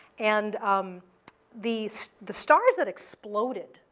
and um the the stars that exploded,